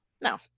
No